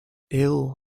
ill